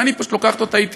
ואני פשוט לוקחת אותה אתי.